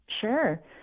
Sure